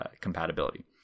compatibility